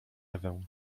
ewę